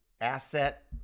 asset